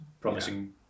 promising